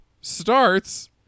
starts